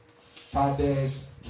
father's